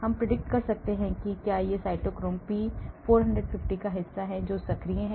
हम predict कर सकते हैं कि क्या ये cytochrome P 450 का हिस्सा हैं जो सक्रिय हैं